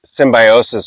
symbiosis